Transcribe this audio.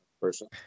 person